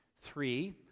three